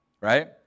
right